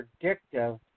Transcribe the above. predictive